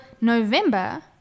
November